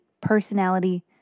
personality